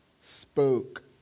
spoke